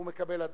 הוא מקבל אדום.